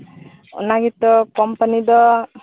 ᱚᱱᱟ ᱜᱮᱛᱚ ᱠᱳᱢᱯᱟᱱᱤ ᱫᱚ